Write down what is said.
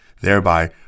thereby